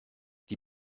die